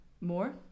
more